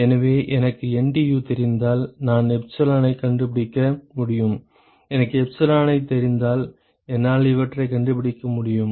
எனவே எனக்கு NTU தெரிந்தால் நான் எப்சிலானைக் கண்டுபிடிக்க முடியும் எனக்கு எப்சிலானைத் தெரிந்தால் என்னால் இவற்றைக் கண்டுபிடிக்க முடியும்